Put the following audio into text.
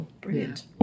brilliant